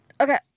okay